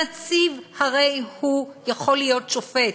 הנציב הרי יכול להיות שופט,